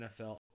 NFL